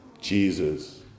Jesus